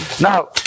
Now